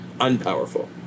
unpowerful